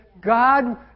God